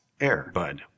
AirBud